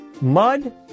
Mud